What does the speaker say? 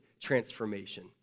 transformation